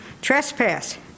Trespass